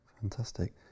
Fantastic